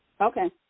Okay